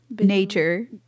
Nature